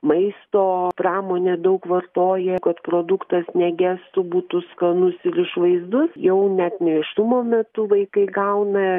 maisto pramonė daug vartoja kad produktas negestų būtų skanus ir išvaizdus jau net nėštumo metu vaikai gauna